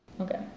Okay